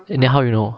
then how you know